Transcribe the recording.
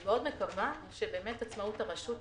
אני מאוד מקווה שבאמת עצמאות הרשות תישמר,